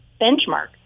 benchmark